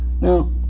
now